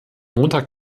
montag